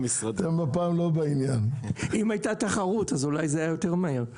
אם הייתה תחרות אז אולי זה היה יותר מהר.